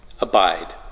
abide